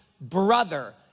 brother